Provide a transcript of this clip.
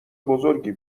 بزرگی